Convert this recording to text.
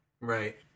Right